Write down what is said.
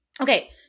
Okay